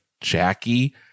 Jackie